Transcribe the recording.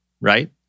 right